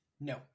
No